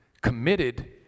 Committed